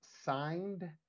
signed